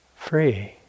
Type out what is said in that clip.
free